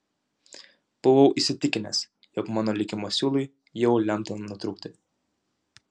buvau įsitikinęs jog mano likimo siūlui jau lemta nutrūkti